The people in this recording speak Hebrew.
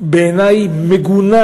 בעיני מגונה,